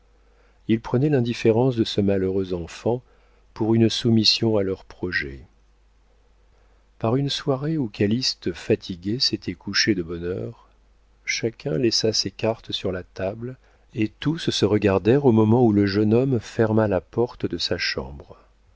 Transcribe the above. ils prenaient l'indifférence de ce malheureux enfant pour une soumission à leurs projets par une soirée où calyste fatigué s'était couché de bonne heure chacun laissa ses cartes sur la table et tous se regardèrent au moment où le jeune homme ferma la porte de sa chambre